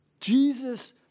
Jesus